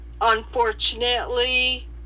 unfortunately